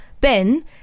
Ben